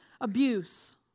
abuse